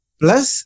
plus